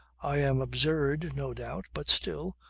i am absurd, no doubt, but still.